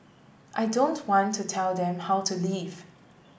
I don't want to tell them how to live